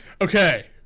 okay